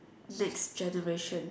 next generation